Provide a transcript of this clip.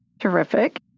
Terrific